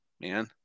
man